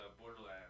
Borderlands